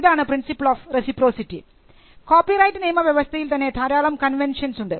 ഇതാണ് principal of reciprocity copyright നിയമ വ്യവസ്ഥയിൽ തന്നെ ധാരാളം കൺവെൻഷൻസ് ഉണ്ട്